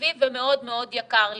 שמסביבי ומאוד מאוד יקר לי.